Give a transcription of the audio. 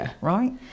right